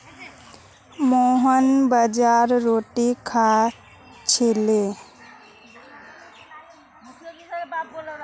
मोहन बाजरार रोटी खा छिले